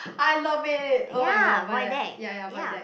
i love it oh-my-god void deck ya ya void deck